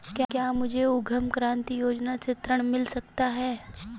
क्या मुझे उद्यम क्रांति योजना से ऋण मिल सकता है?